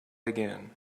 again